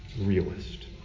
realist